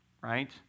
right